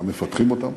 גם מפתחים אותם.